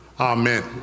Amen